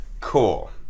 Cool